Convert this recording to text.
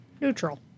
Neutral